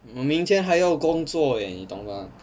我明天还要工作诶你懂吗